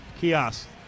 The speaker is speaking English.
Kiosk